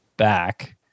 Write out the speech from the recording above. Back